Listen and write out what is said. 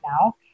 now